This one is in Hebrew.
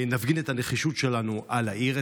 נפגין את הנחישות שלנו על העיר,